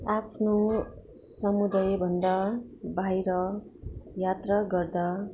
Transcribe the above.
आफ्नो समुदायभन्दा बाहिर यात्रा गर्दा